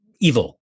evil